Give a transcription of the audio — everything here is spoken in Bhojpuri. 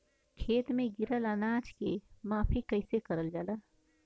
खेत में गिरल अनाज के माफ़ी कईसे करल जाला?